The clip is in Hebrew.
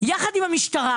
יחד עם המשטרה